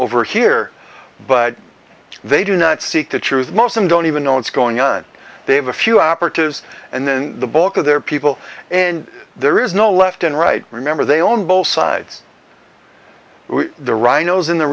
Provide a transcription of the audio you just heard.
over here but they do not seek the truth most and don't even know what's going on they have a few operatives and then the bulk of their people and there is no left and right remember they own both sides the rhinos in the